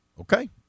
Okay